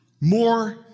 more